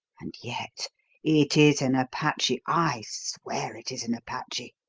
and yet it is an apache i swear it is an apache!